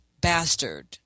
bastard